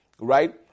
Right